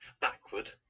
backward